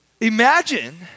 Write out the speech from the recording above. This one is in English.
Imagine